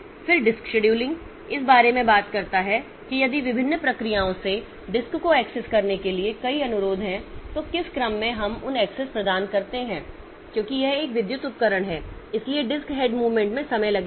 फिर disk scheduling इस बारे में बात करता है कि यदि विभिन्न प्रक्रियाओं से डिस्क को एक्सेस करने के लिए कई अनुरोध हैं तो किस क्रम में हम उन एक्सेस प्रदान करते हैं क्योंकि यह एक विद्युत उपकरण है इसलिए डिस्क हेड मूवमेंट में समय लगेगा